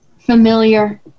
Familiar